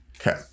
Okay